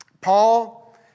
Paul